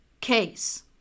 case